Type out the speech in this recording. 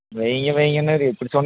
வையுங்க வையுங்கன்னு இப்படி சொன்னிங்க